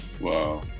Wow